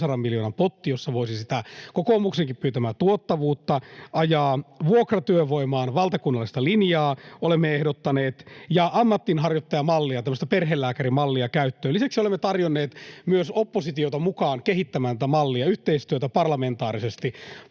300 miljoonan potti, jossa voisi sitä kokoomuksenkin pyytämää tuottavuutta ajaa. Vuokratyövoimaan valtakunnallista linjaa olemme ehdottaneet ja ammatinharjoittajamallia, tämmöistä perhelääkärimallia, käyttöön. Lisäksi olemme tarjonneet myös oppositiota mukaan kehittämään tätä mallia, yhteistyötä parlamentaarisesti.